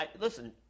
listen